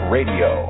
Radio